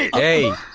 hey,